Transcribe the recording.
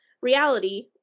Reality